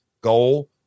goal